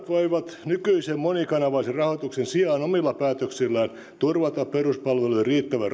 voivat nykyisen monikanavaisen rahoituksen sijaan omilla päätöksillään turvata peruspalvelujen riittävän rahoituksen ja järjestämisen lähellä ihmisiä ja heidän toiveittensa